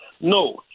no